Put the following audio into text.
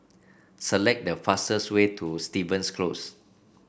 select the fastest way to Stevens Close